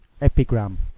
Epigram